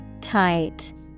Tight